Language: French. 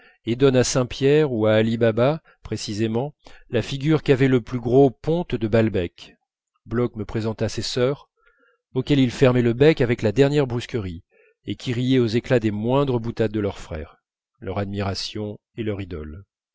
et donnent à saint pierre ou à ali baba précisément la figure qu'avait le plus gros ponte de balbec bloch me présenta ses sœurs auxquelles il fermait le bec avec la dernière brusquerie et qui riaient aux éclats des moindres boutades de leur frère leur admiration et leur idole